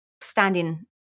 standing